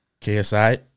KSI